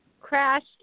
crashed